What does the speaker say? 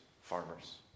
farmers